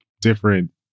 different